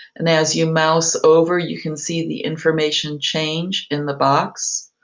and as you mouse over you can see the information change in the box.